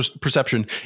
perception